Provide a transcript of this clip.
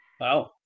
Wow